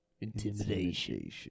Intimidation